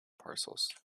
parcels